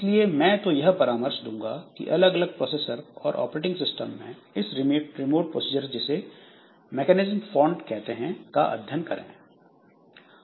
इसलिए मैं तो यह परामर्श दूंगा अलग अलग प्रोफेसर और ऑपरेटिंग सिस्टम में इस रिमोट प्रोसीजर जिसे मैकेनिज्म फॉन्ट कहते हैं का अध्ययन करें